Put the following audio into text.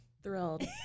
Thrilled